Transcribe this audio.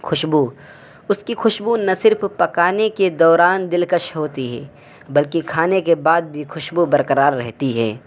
خوشبو اس کی خوشبو نہ صرف پکانے کے دوران دلکش ہوتی ہے بلکہ کھانے کے بعد بھی خوشبو برقرار رہتی ہے